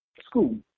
school